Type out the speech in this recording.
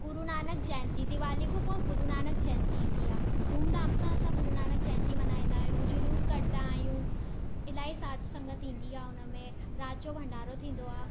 गुरु नानक जयंती दिवाली खां पोइ गुरु नानक जयंती ईंदी आहे धूमधाम सां असां गुरु नानक जयंती मल्हाईंदा आहियूं जुलूसु कढंदा आहियूं इलाही साधि संगति ईंदी आहे राति जो भंडारो थींदो आहे